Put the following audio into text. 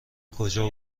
کجا